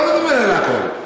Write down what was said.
לא נותנים מענה לכול.